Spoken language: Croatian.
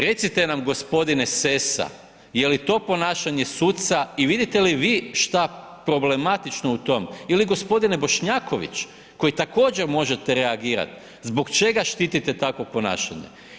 Recite nam gospodine Sesa jeli to ponašanje suca i vidite li vi šta problematično u tom ili gospodine Bošnjaković koji također možete reagirat, zbog čega štitite takvo ponašanje?